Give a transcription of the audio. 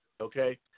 Okay